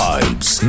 Vibes